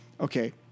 Okay